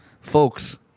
folks